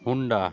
Honda